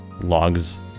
logs